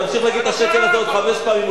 תמשיך להגיד את השקר הזה עוד חמש פעמים,